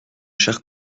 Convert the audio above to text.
chers